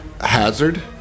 hazard